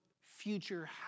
future